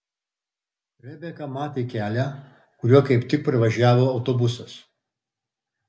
rebeka matė kelią kuriuo kaip tik pravažiavo autobusas